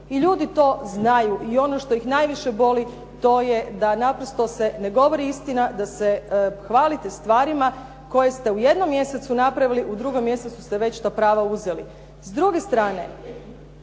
I ljudi to znaju i ono što ih najviše boli to je da naprosto se ne govori istina, da se hvalite stvarima koje ste u jednom mjesecu napravili, u drugom mjesecu ste već ta prava uzeli.